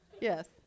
Yes